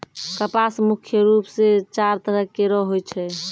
कपास मुख्य रूप सें चार तरह केरो होय छै